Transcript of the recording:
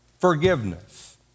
Forgiveness